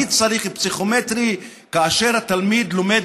מי צריך פסיכומטרי כאשר התלמיד לומד,